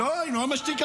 לא, היא לא משתיקה.